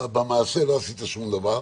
כאילו לא עשית שום דבר.